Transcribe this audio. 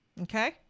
okay